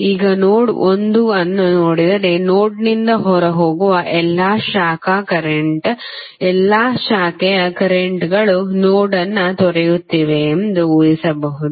ಈಗ ನೋಡ್ ಒಂದು ಅನ್ನು ನೋಡಿದರೆ ನೋಡ್ನಿಂದ ಹೊರಹೋಗುವ ಎಲ್ಲಾ ಶಾಖೆ ಕರೆಂಟ್ ಎಲ್ಲಾ ಶಾಖೆಯ ಕರೆಂಟ್ಗಳು ನೋಡ್ ಅನ್ನು ತೊರೆಯುತ್ತಿವೆ ಎಂದು ಊಹಿಸಬಹುದು